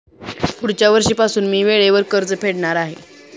पुढच्या वर्षीपासून मी वेळेवर कर्ज फेडणार आहे